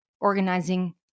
organizing